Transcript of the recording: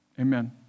Amen